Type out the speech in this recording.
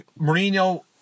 Mourinho